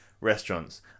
restaurants